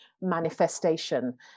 manifestation